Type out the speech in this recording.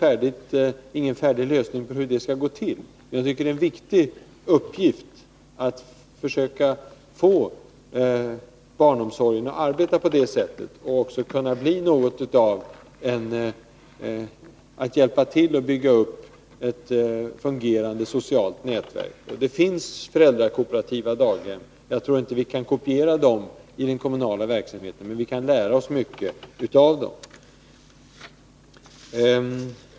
Jag har ingen färdig lösning hur det skall gå till men tycker att det är viktigt att försöka få barnomsorgen att fungera på detta sätt, så att det blir en hjälp i uppbyggandet av ett fungerande socialt nätverk. Det finns föräldrakooperativa daghem. Jag tror inte att vi kan kopiera dem i den kommunala verksamheten, men vi kan lära oss mycket av dem.